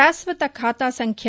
శాశ్వత ఖాతా సంఖ్య